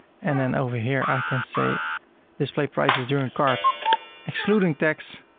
and then over here i can say display prices during cart excluding tax.